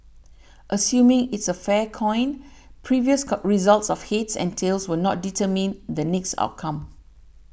assuming it's a fair coin previous cow results of heads and tails will not determine the next outcome